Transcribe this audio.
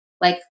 Like-